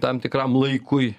tam tikram laikui